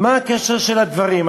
מה הקשר של הדברים?